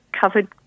covered